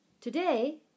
Today